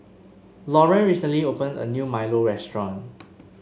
Lauren recently opened a new Milo restaurant